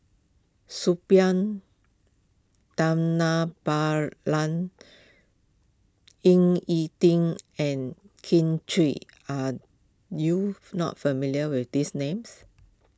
Suppiah Dhanabalan Ying E Ding and Kin Chui are you not familiar with these names